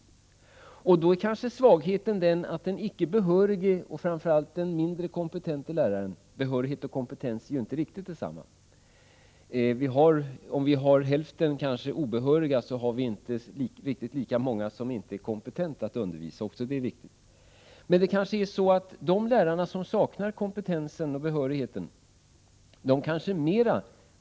Svagheten är kanske då att den icke behörige läraren, och framför allt den mindre kompetente, mera går in på det som han ser som ett faktameddelande ur gamla kristendomsböcker och det som kallas bibelkunskap i stället för att göra det betydligt svårare, nämligen ge de etiska perspektiven på ämnet, vilket naturligtvis är huvudinnehållet.